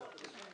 בשעה